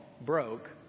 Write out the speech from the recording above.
broke